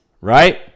right